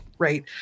right